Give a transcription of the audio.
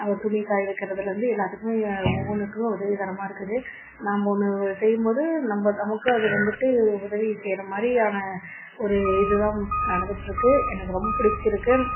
ஒரு துணி காய வைக்கிறதுலேருந்து எல்லாத்துக்குமே ஒவ்வொன்றுக்கும் உதவிகரமாக இருக்குது நாம் ஒன்று செய்யும் போது நம்ம நமக்கு அது வந்துட்டு உதவி செய்கிற மாதிரியான ஒரு இது தான் நடந்துகிட்டுருக்கு எனக்கு ரொம்ப பிடிச்சிருக்கு